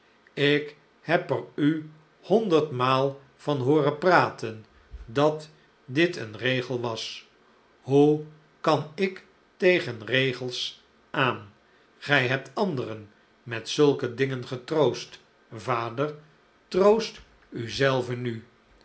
ik heb er u honderdmaal van hooren praten dat dit een regel was hoe kan ik tegen regels aan gij hebt anderen met zulke dingen getroost vader troost u zelven nu